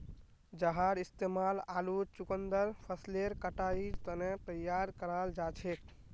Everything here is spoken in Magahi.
जहार इस्तेमाल आलू चुकंदर फसलेर कटाईर तने तैयार कराल जाछेक